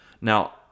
Now